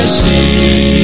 see